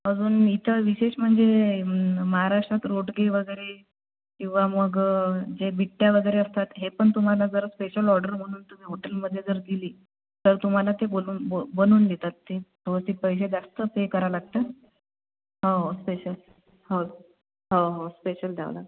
अजून इथं विशेष म्हणजे महाराष्ट्रात रोटके वगैरे किंवा मग जे बिट्ट्या वगैरे असतात हे पण तुम्हाला जरा स्पेशल ऑर्डर करून तुम्ही हॉटेलमध्ये जर दिली तर तुम्हाला ते बोलवून बनवून देतात ते बहुतेक पैसे जास्त पे करावे लागतात हो हो स्पेशल हो हो स्पेशल द्यावा लागतं